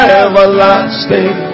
everlasting